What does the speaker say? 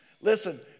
Listen